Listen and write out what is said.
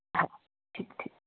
हा ठीकु ठीकु